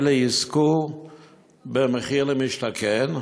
אלה יזכו במחיר למשתכן,